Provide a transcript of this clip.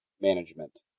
Management